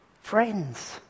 friends